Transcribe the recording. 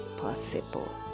possible